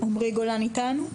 עמרי גולן איתנו?